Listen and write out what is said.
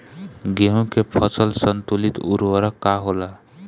गेहूं के फसल संतुलित उर्वरक का होला?